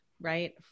right